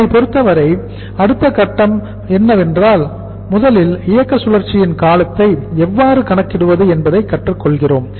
நம்மை பொருத்தவரை இது அடுத்த கட்டமாக இருக்கும் ஆனால் முதலில் இயக்க சுழற்சியின் காலத்தை எவ்வாறு கணக்கிடுவது என்பதை கற்றுக் கொள்கிறோம்